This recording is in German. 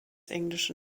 englische